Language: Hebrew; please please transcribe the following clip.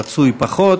רצוי פחות,